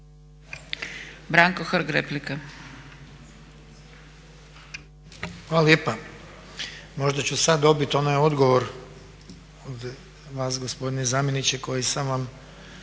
Branko (HSS)** Hvala lijepa. Možda ću sad dobiti onaj odgovor od vas gospodine zamjeniče koji sam vam